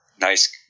nice